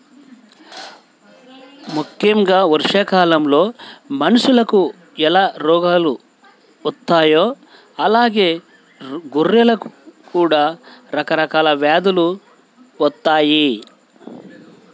ముక్కెంగా వర్షాకాలంలో మనుషులకు ఎలా రోగాలు వత్తాయో అలానే గొర్రెలకు కూడా రకరకాల వ్యాధులు వత్తయ్యి